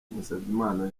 musabyimana